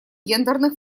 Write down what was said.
гендерных